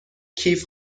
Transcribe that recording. کیف